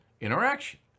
interaction